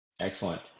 Excellent